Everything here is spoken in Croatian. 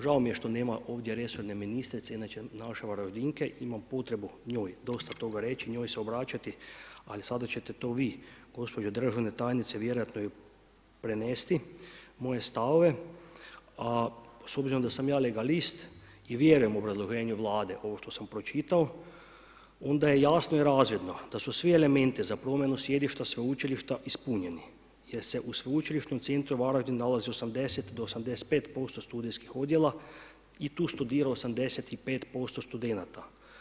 Žao mi je što nema ovdje resorne ministrice, inače naše Varaždinke, imam potrebu dosta toga njoj reći, njoj se obraćati, ali sada ćete to vi gospođo državna tajnice vjerojatno joj prenesti moje stavove, a s obzirom da sam ja legalist i vjerujem u obrazloženje Vlade ovo što sam pročitao, onda je jasno i razvidno da su svi elementi za promjenu sjedišta sveučilišta ispunjeni jer se u Sveučilišnom centru Varaždin nalazi 80 do 85% studijskih odjela i tu studira 85% studenata.